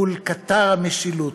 מול קטר המשילות.